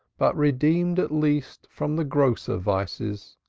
but redeemed at least from the grosser vices,